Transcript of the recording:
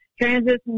Transition